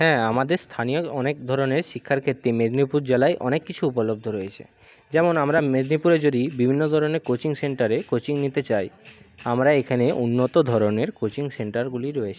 হ্যাঁ আমাদের স্থানীয় অনেক ধরনের শিক্ষার ক্ষেত্রে মেদিনীপুর জেলায় অনেক কিছু উপলব্ধ রয়েছে যেমন আমরা মেদিনীপুরে যদি বিভিন্ন ধরনের কোচিং সেন্টারে কোচিং নিতে চাই আমরা এখানে উন্নত ধরনের কোচিং সেন্টারগুলি রয়েছে